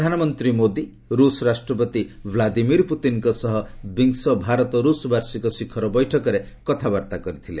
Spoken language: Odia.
ପ୍ରଧାନମନ୍ତ୍ରୀ ମୋଦି ରୁଷ୍ ରାଷ୍ଟ୍ରପତି ଭ୍ଲାଦିମିର୍ ପୁତିନଙ୍କ ସହ ବିଂଶ ଭାରତ ରୁଷ ବାର୍ଷିକ ଶିଖର ବୈଠକରେ କଥାବାର୍ତ୍ତା କରିଥିଲେ